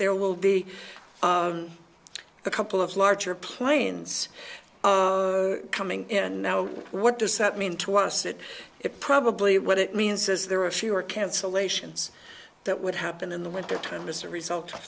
there will be a couple of larger planes coming in now what does that mean to us it is probably what it means as there are fewer cancellations that would happen in the winter time as a result